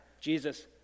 Jesus